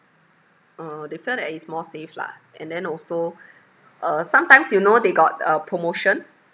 uh they felt that it's more safe lah and then also uh sometimes you know they got uh promotion